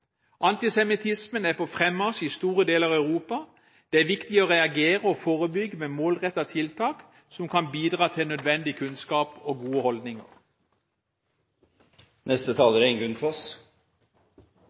Antisemittismen er på fremmarsj i store deler av Europa. Det er viktig å reagere og forebygge med målrettede tiltak som kan bidra til nødvendig kunnskap og gode